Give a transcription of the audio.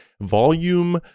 volume